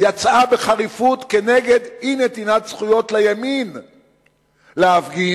יצאה בחריפות כנגד אי-נתינת זכויות לימין להפגין,